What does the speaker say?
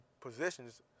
positions